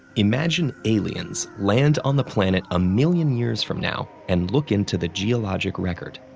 imagine aliens land on the planet a million years from now and look into the geologic record.